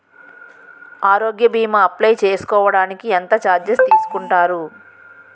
ఆరోగ్య భీమా అప్లయ్ చేసుకోడానికి ఎంత చార్జెస్ తీసుకుంటారు?